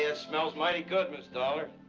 yeah smells mighty good, miss dollar.